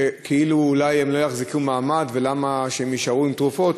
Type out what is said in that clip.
שכאילו אולי הם לא יחזיקו מעמד ולמה שהם יישארו עם תרופות,